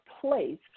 place